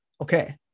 Okay